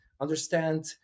understand